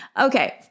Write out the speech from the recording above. okay